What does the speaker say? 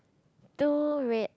two red